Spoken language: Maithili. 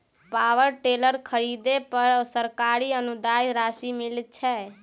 पावर टेलर खरीदे पर सरकारी अनुदान राशि मिलय छैय?